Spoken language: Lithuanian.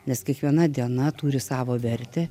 nes kiekviena diena turi savo vertę